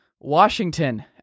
washington